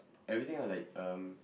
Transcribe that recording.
everything lah like um